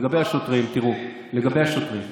לגבי השוטרים, לגבי השוטרים.